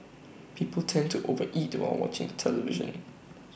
people tend to over eat while watching television